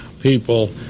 people